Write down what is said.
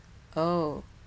oh